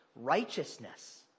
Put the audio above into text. righteousness